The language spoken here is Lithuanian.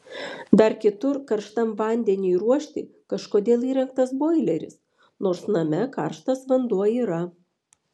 dar kitur karštam vandeniui ruošti kažkodėl įrengtas boileris nors name karštas vanduo yra